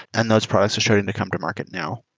and those products are starting to come to market now.